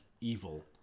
evil